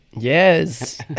Yes